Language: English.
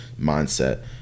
mindset